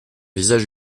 visage